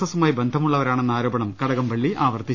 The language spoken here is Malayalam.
എസുമായി ബന്ധമുള്ളവരാണെന്ന ആരോപണം കടകം പള്ളി ആവർത്തിച്ചു